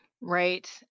Right